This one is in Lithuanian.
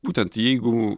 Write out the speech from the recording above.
būtent jeigu